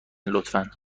لطفا